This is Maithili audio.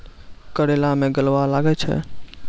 करेला मैं गलवा लागे छ?